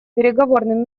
переговорным